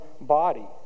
body